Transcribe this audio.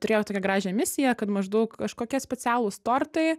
turėjo tokią gražią misiją kad maždaug kažkokie specialūs tortai